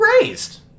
raised